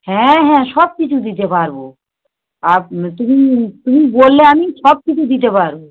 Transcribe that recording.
হ্যাঁ হ্যাঁ সব কিছু দিতে পারব তুমি তুমি বললে আমি সব কিছু দিতে পারব